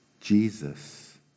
Jesus